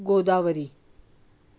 Godavari